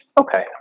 Okay